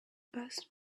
best